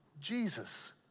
Jesus